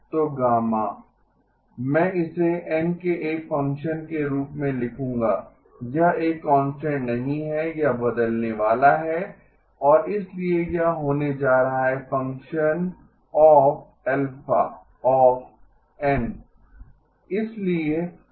तो गामा मैं इसे n के एक फंक्शन के रूप में लिखूंगा यह एक कांस्टेंट नहीं है यह बदलने वाला है और इसलिए यह होने जा रहा है function of α of n γ n¿ α n∨¿2 Γ ¿